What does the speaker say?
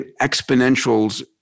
exponentials